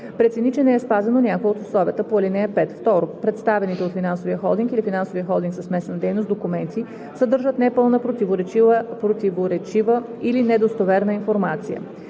прецени, че не е спазено някое от условията по ал. 5; 2. представените от финансовия холдинг или финансовия холдинг със смесена дейност документи съдържат непълна, противоречива или недостоверна информация;